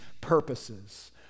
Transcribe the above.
purposes